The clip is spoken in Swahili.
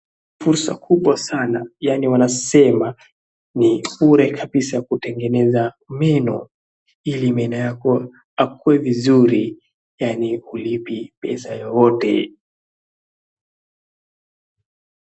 Fursa kubwa sana. Yaani wanasema ni bure kabisa kutengeneza meno ili meno yako akuwe vizuri. Yaani hulipi pesa yoyote.